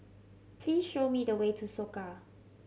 please show me the way to Soka